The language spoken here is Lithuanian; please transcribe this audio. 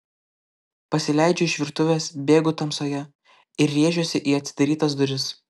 pasileidžiu iš virtuvės bėgu tamsoje ir rėžiuosi į atidarytas duris